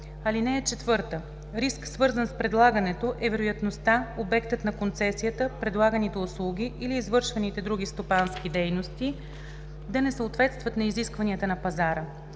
дейности. (4) Риск, свързан с предлагането, е вероятността обектът на концесията, предлаганите услуги или извършваните други стопански дейности да не съответстват на изискванията на пазара.